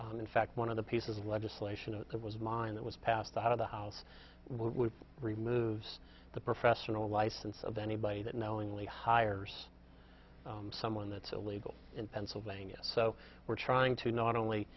and in fact one of the pieces of legislation that was mine that was passed out of the house would removes the professional license of anybody that knowingly hires someone that's illegal in pennsylvania so we're trying to not only